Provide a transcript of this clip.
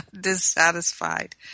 dissatisfied